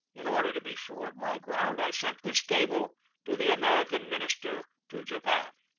in order to be sure of my ground, i sent this cable to the american minister to japan